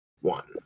one